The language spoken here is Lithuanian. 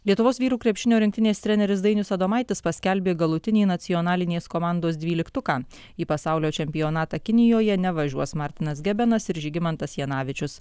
lietuvos vyrų krepšinio rinktinės treneris dainius adomaitis paskelbė galutinį nacionalinės komandos dvyliktuką į pasaulio čempionatą kinijoje nevažiuos martinas gebenas ir žygimantas janavičius